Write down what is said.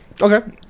Okay